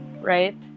Right